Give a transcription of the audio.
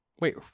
Wait